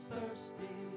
Thirsty